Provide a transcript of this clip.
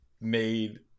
made